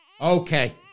Okay